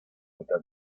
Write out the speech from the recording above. mitad